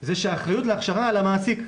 זה שהאחריות להכשרה היא על המעסיק,